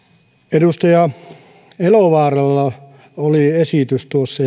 edustaja elovaaralla oli esitys tuossa